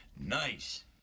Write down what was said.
Nice